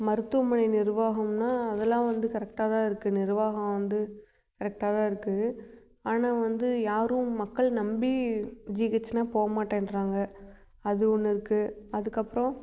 மருத்துவமனை நிர்வாகம்னா அதெல்லாம் வந்து கரெக்டாக தான் இருக்குது நிர்வாகம் வந்து கரெக்டாக தான் இருக்குது ஆனால் வந்து யாரும் மக்கள் நம்பி ஜிஹெச்சுனா போக மாட்டேன்கிறாங்க அது ஒன்று இருக்குது அதுக்கப்றம்